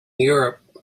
europe